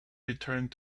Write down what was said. returned